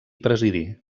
presidí